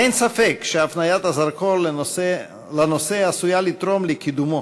אין ספק שהפניית הזרקור לנושא עשויה לתרום לקידומו,